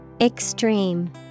Extreme